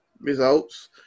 results